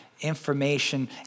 Information